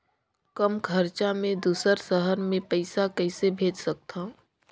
कम खरचा मे दुसर शहर मे पईसा कइसे भेज सकथव?